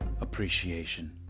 appreciation